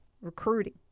recruiting